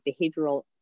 behavioral